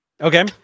Okay